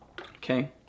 Okay